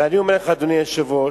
אדוני היושב-ראש,